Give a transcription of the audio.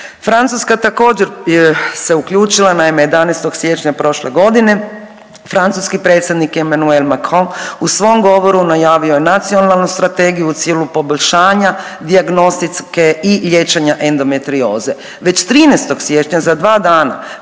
Francuska također se uključila. Naime, 11. siječnja prošle godine francuski predsjednik Emanuel Macron u svom govoru najavio je Nacionalnu strategiju u cilju poboljšanja dijagnostike i liječenja endometrioze. Već 13. siječnja za dva dana